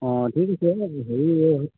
অঁ ঠিক আছে হেৰি